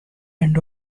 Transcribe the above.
end